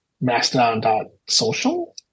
Mastodon.social